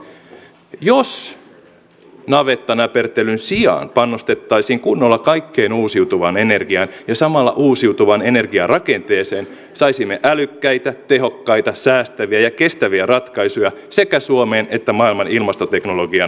jos navettanäpertelyn sijaan panostettaisiin kunnolla kaikkeen uusiutuvaan energiaan ja samalla uusiutuvaan energiarakenteeseen saisimme älykkäitä tehokkaita säästäviä ja kestäviä ratkaisuja sekä suomeen että maailman ilmastoteknologian markkinoille